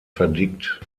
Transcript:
verdickt